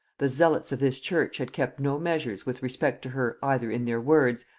the zealots of this church had kept no measures with respect to her either in their words,